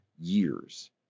years